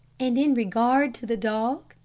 and in regard to the dog,